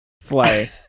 Slay